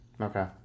okay